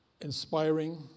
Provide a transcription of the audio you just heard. inspiring